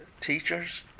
teachers